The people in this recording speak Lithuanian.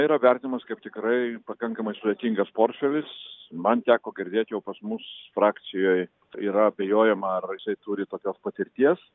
na yra vertinamas kaip tikrai pakankamai sudėtingas portfelis man teko girdėti jau pas mus frakcijoj yra abejojama ar jisai turi tokios patirties